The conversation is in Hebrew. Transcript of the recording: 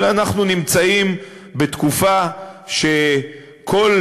אלא אנחנו נמצאים בתקופה שכל,